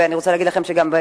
ואני רוצה להגיד לכם שגם,